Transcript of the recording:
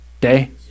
day